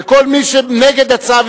וכל מי שנגד הצו,